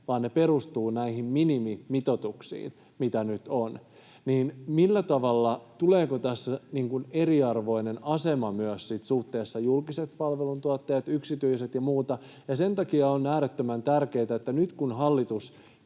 vaan ne perustuvat näihin minimimitoituksiin, mitä nyt on, niin tuleeko tässä eriarvoinen asema myös suhteessa julkiset palveluntuottajat, yksityiset ja muut. Sen takia on äärettömän tärkeätä, että nyt kun hallitus